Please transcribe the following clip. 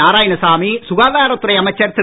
நாராயணசாமி சுகாதாரத்துறை அமைச்சர் திரு